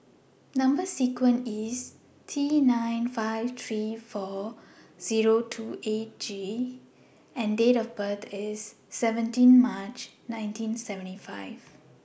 Number sequence IS T nine five three four Zero two eight G and Date of birth IS seventeen March nineteen seventy five